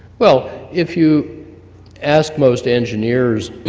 well, if you ask most engineers,